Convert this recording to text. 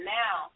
now